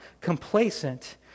complacent